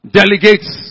delegates